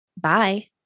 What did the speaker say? bye